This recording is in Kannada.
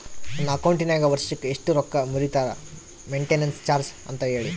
ನನ್ನ ಅಕೌಂಟಿನಾಗ ವರ್ಷಕ್ಕ ಎಷ್ಟು ರೊಕ್ಕ ಮುರಿತಾರ ಮೆಂಟೇನೆನ್ಸ್ ಚಾರ್ಜ್ ಅಂತ ಹೇಳಿ?